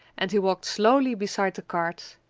and he walked slowly beside the cart.